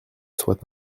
soit